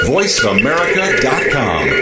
VoiceAmerica.com